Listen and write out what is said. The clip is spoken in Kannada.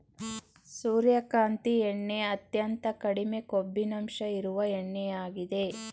ಸೂರ್ಯಕಾಂತಿ ಎಣ್ಣೆ ಅತ್ಯಂತ ಕಡಿಮೆ ಕೊಬ್ಬಿನಂಶ ಇರುವ ಎಣ್ಣೆಯಾಗಿದೆ